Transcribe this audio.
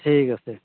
ঠিক আছে